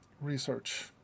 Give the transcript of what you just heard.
research